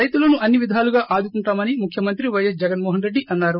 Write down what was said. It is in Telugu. రైతులను అన్ని విధాలుగా ఆదుకుంటామని ముఖ్యమంత్రి సైఎస్ జగన్మోహన్రెడ్డి అన్నారు